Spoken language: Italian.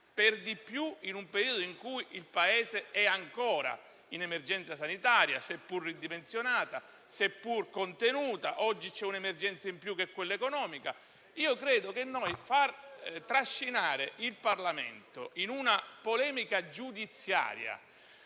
per di più in un periodo in cui il Paese è ancora in emergenza sanitaria, seppur ridimensionata e contenuta; oggi poi c'è un'emergenza in più, quella economica. Io credo che trascinare il Parlamento in una polemica giudiziaria